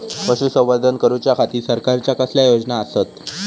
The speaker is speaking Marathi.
पशुसंवर्धन करूच्या खाती सरकारच्या कसल्या योजना आसत?